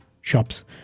shops